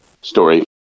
story